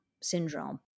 Syndrome